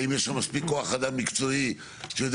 האם יש לה מספיק כוח אדם מקצועי שיודע